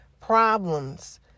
problems